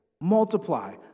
Multiply